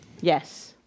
Yes